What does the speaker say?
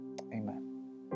amen